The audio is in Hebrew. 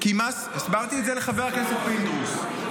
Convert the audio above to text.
הסברתי את זה לחבר הכנסת פינדרוס.